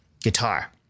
guitar